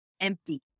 empty